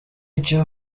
icyo